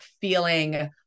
feeling